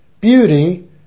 beauty